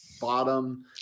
bottom